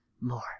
More